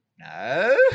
No